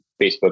Facebook